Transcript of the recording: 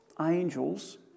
angels